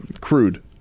crude